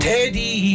Teddy